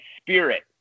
spirit